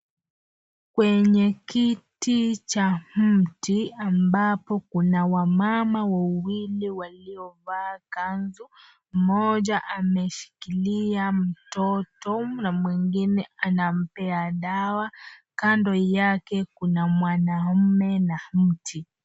Kwenye kiti cha mti ambapo kuna wamama wawili waliovaa kanzu. Mmoja ameshikilia mtoto na mwengine anampea dawa. Kando yake kuna mwanamme na mti.